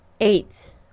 Eight